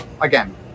again